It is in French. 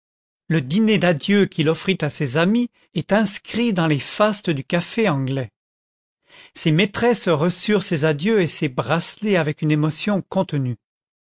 le dîner d'adieu qu'il offrit à ses amis est inscrit dans les fastes du café anglais ses maîtresses reçurent ses adieux et ses bracelets avec une émotion contenue